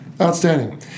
Outstanding